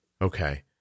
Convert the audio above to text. Okay